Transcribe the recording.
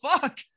fuck